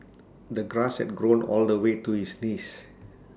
the grass had grown all the way to his knees